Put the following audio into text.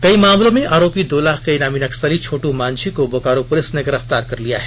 कई मामलों में आरोपी दो लाख के इनामी नक्सली छोटू मांझी को बोकारो पुलिस ने गिरफ्तार कर लिया है